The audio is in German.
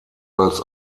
als